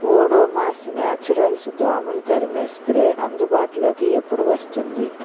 Odomos naturals దోమలు తరిమే spray అందుబాటులోకి ఎప్పుడు వస్తుంది